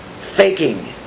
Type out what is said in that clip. faking